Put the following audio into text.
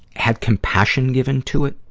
had compassion given to it,